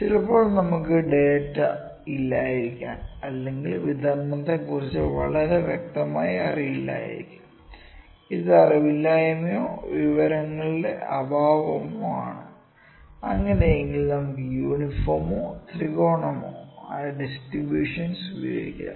ചിലപ്പോൾ നമുക്ക് ധാരാളം ഡാറ്റ ഇല്ലായിരിക്കാം അല്ലെങ്കിൽ വിതരണത്തെക്കുറിച്ച് വളരെ വ്യക്തമായി അറിയില്ലായിരിക്കാം ഇത് അറിവില്ലായ്മയോ വിവരങ്ങളുടെ അഭാവമോ ആണ് അങ്ങനെയെങ്കിൽ നമുക്ക് യൂണിഫോമോ ത്രികോണമോ ആയ ഡിസ്ട്രിബൂഷൻസ് ഉപയോഗിക്കാം